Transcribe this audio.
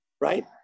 right